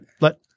let